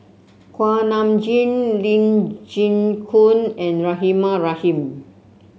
Kuak Nam Jin Lee Chin Koon and Rahimah Rahim